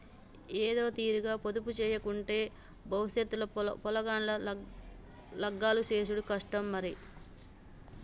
ఏదోతీరుగ పొదుపుజేయకుంటే బవుసెత్ ల పొలగాండ్ల లగ్గాలు జేసుడు కష్టం మరి